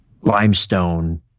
limestone